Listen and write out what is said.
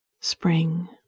Spring